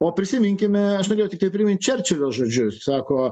o prisiminkime aš norėjau tiktai primint čerčilio žodžius sako